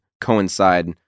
coincide